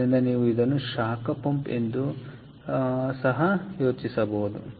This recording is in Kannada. ಆದ್ದರಿಂದ ನೀವು ಇದನ್ನು ಶಾಖ ಪಂಪ್ ಎಂದು ಸಹ ಯೋಚಿಸಬಹುದು